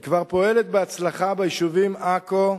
היא כבר פועלת בהצלחה ביישובים עכו,